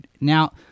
Now